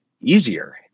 easier